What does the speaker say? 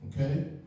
Okay